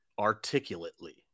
articulately